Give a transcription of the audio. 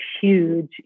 huge